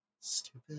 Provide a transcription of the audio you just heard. Stupid